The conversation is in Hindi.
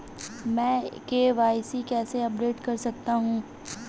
मैं के.वाई.सी कैसे अपडेट कर सकता हूं?